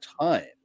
time